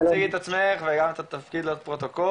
תציגי את עצמך וגם את התפקיד לפרוטוקול.